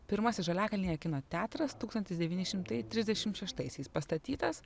pirmasis žaliakalnyje kino teatras tūkstantis devyni šimtai trisdešim šeštaisiais pastatytas